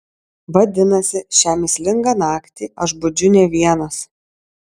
vadinasi šią mįslingą naktį aš budžiu ne vienas